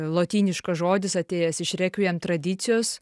lotyniškas žodis atėjęs iš rekviem tradicijos